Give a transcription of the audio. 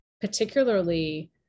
particularly